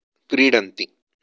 क्रीडन्ति